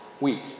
week